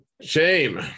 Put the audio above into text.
Shame